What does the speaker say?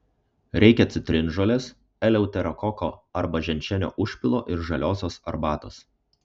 reikia citrinžolės eleuterokoko arba ženšenio užpilo ir žaliosios arbatos